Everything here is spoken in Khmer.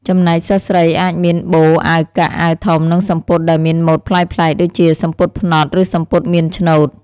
ចំណែកសិស្សស្រី អាចមាន បូ អាវកាក់ អាវធំ និងសំពត់ដែលមានម៉ូដប្លែកៗ ដូចជា សំពត់ផ្នត់ ឬសំពត់មានឆ្នូត។